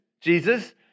Jesus